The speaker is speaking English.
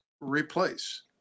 replace